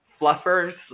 fluffers